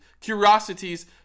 curiosities